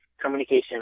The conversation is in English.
communication